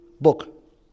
book